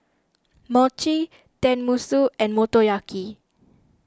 Mochi Tenmusu and Motoyaki